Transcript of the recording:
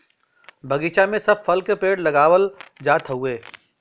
बगीचा में सब फल के पेड़ लगावल जात हउवे